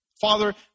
Father